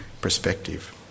perspective